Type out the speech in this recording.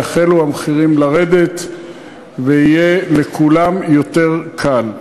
יחלו המחירים לרדת ויהיה לכולם יותר קל.